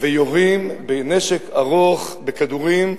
ויורים בנשק ארוך, בכדורים.